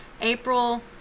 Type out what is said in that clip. April